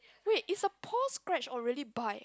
wait its a paw scratch or really bite